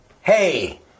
hey